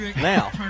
now